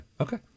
okay